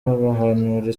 bahanura